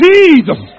Jesus